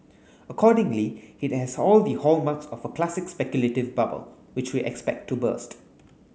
accordingly it has all the hallmarks of a classic speculative bubble which we expect to burst